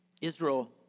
Israel